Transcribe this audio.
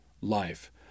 life